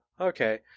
Okay